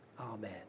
amen